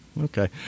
Okay